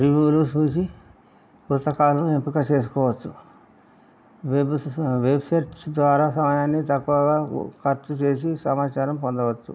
రివ్యూలు చూసి పుస్తకాలను ఎంపిక చేసుకోవచ్చు వెబ్ వెబ్ సెర్చ్ ద్వారా సమయాన్ని తక్కువగా ఖర్చు చేసి సమాచారం పొందవచ్చు